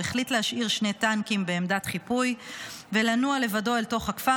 הוא החליט להשאיר שני טנקים בעמדת חיפוי ולנוע לבדו אל תוך הכפר,